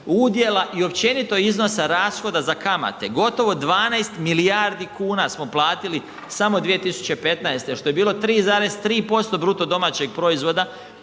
udjela i općenito iznosa rashoda za kamate, gotovo 12 milijardi kuna smo platili samo 2015., što je bilo 3,3% BDP-a da